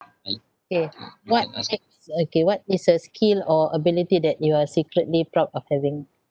K what next is okay what is a skill or ability that you are secretly proud of having